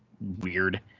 weird